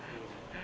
有力